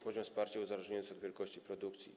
Poziom wsparcia uzależnia się od wielkości produkcji.